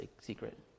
secret